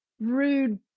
rude